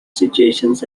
situations